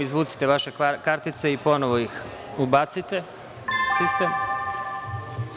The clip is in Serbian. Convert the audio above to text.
Izvucite vaše kartice i ponovo ih ubacite u sistem.